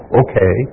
okay